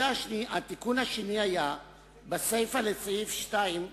התיקון השני היה בסיפא לסעיף 2,